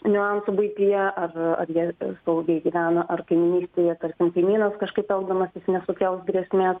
niuansų buityje ar jie saugiai gyvena ar kaimynystėje tarkim kaimynas kažkaip elgdamasis nesukels grėsmės